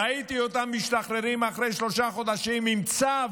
ראיתי אותם משתחררים אחרי שלושה חודשים עם צו